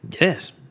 yes